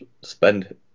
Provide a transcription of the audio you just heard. spend